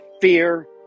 Fear